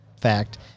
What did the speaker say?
fact